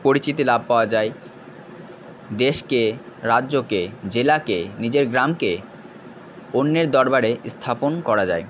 পরিচিতি লাভ পাওয়া যায় দেশকে রাজ্যকে জেলাকে নিজের গ্রামকে অন্যের দরবারে স্থাপন করা যায়